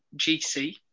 GC